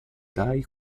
dai